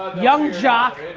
ah young jock,